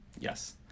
Yes